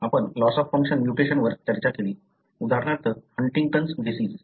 आपण loss of function म्युटेशनवर चर्चा केली उदाहरणार्थ हंटिंग्टन डिसिज